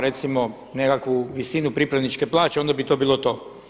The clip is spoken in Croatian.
Recimo nekakvu visinu pripravničke plaće, onda bi to bilo to.